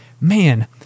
man